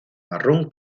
marrón